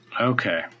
Okay